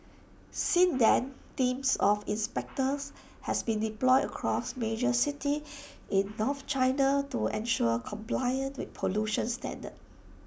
since then teams of inspectors have been deployed across major cities in north China to ensure compliance with pollution standards